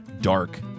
dark